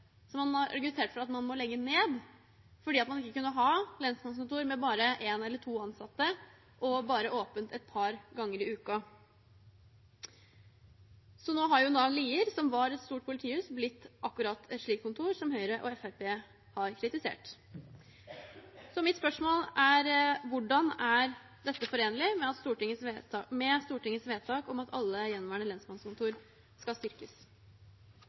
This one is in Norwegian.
man har argumentert for at man må legge ned fordi man ikke kunne ha lensmannskontor med bare én eller to ansatte og bare åpent et par ganger i uken. Så nå har Lier, som var et stort politihus, blitt akkurat et slikt kontor som Høyre og Fremskrittspartiet har kritisert. Mitt spørsmål er: Hvordan er dette forenlig med Stortingets vedtak om at alle gjenværende lensmannskontor skal styrkes?